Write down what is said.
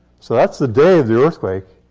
so that's the day of the earthquake.